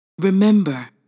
Remember